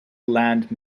land